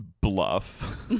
bluff